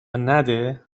نده